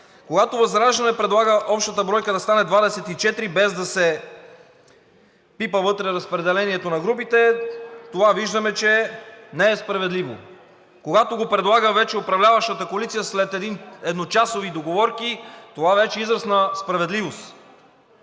Когато ВЪЗРАЖДАНЕ предлага общата бройка да стане 24, без да се пипа вътре разпределението на групите, тогава виждаме, че не е справедливо. Когато го предлага вече управляваща коалиция след едночасови договорки, това вече е израз на справедливост.